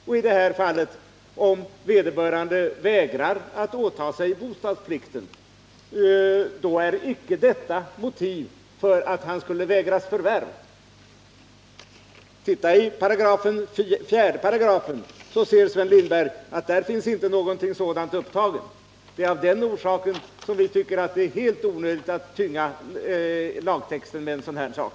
Om vederbörande i det här fallet vägrar att åta sig bostadsplikten, är icke detta ens ett motiv för att han skulle vägras förvärv. Titta i 4 §! Då ser Sven Lindberg att där inte finns någonting sådant upptaget. Det är av den orsaken som vi tycker att det är helt onödigt att tynga lagtexten med en sådan här sak.